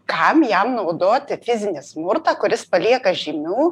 kam jam naudoti fizinį smurtą kuris palieka žymių